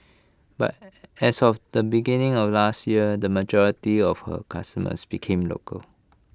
but A as of the beginning of last year the majority of her customers became local